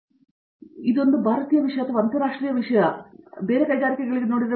ಪ್ರತಾಪ್ ಹರಿಡೋಸ್ ಸರಿ ಇದೊಂದು ಭಾರತೀಯ ವಿಷಯ ಅಥವಾ ಅಂತರಾಷ್ಟ್ರೀಯವಾಗಿ ನೀವು ಅದನ್ನು ನೋಡುತ್ತೀರಿ